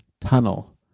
tunnel